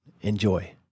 Enjoy